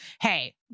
hey